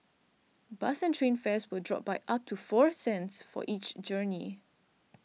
bus and train fares will drop by up to four cents for each journey